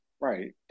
Right